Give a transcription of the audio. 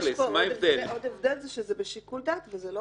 עוד הבדל הוא שזה בשיקול דעת וזה לא